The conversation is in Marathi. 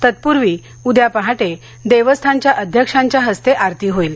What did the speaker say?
तत्पूर्वी उद्या पहाटे देवस्थानच्या अध्यक्षांच्या हस्ते आरती होईल